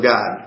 God